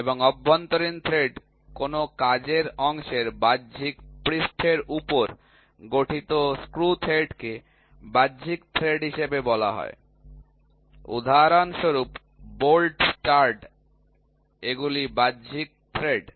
এবং অভ্যন্তরীণ থ্রেড কোনও কাজের অংশের বাহ্যিক পৃষ্ঠের উপর গঠিত স্ক্রু থ্রেডকে বাহ্যিক থ্রেড হিসাবে বলা হয় উদাহরণস্বরূপ বোল্ট স্টাড এগুলি বাহ্যিক থ্রেড